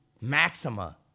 Maxima